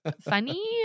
funny